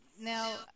Now